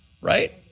right